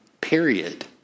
period